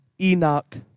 Enoch